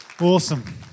Awesome